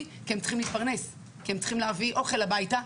כי הם צריכים להתפרנס ולהביא אוכל הביתה.